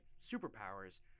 superpowers